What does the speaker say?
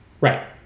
Right